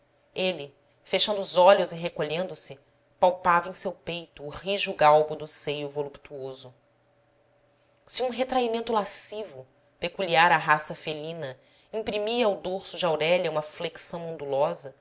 ele fechando os olhos e recolhendo-se palpava em seu peito o rijo galbo do seio voluptuoso se um retraimento lascivo peculiar à raça felina imprimia ao dorso de aurélia uma flexão ondulosa